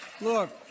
Look